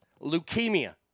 leukemia